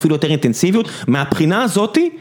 אפילו יותר אינטנסיביות, מהבחינה הזאתי..